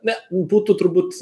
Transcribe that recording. ne būtų turbūt